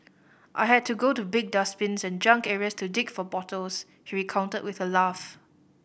I had to go to big dustbins and junk areas to dig for bottles he recounted with a laugh